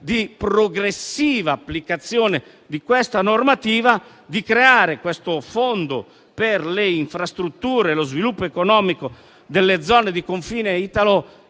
di progressiva applicazione di questa normativa, di creare un fondo per le infrastrutture e lo sviluppo economico delle zone di confine